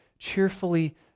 cheerfully